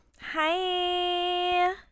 Hi